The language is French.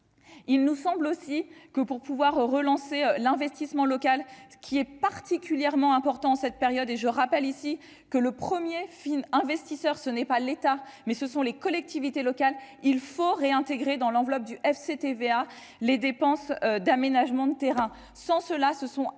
Il nous semble aussi que pour pouvoir relancer l'investissement local, ce qui est particulièrement important, cette période et je rappelle ici que le 1er film, investisseurs, ce n'est pas l'État, mais ce sont les collectivités locales, il faut réintégrer dans l'enveloppe du FCTVA les dépenses d'aménagement de terrain, sans cela, ce sont un très grand